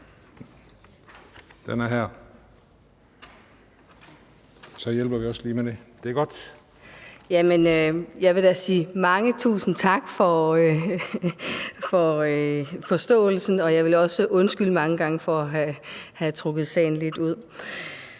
Jeg vil da sige mange tusind tak for forståelsen, og jeg vil også undskylde mange gange for at have trukket sagen lidt ud.